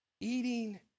eating